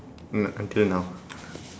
uh until now